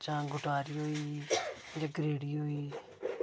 जां गटारी होई गेई जां चिड़ी होई गेई